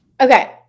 Okay